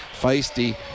feisty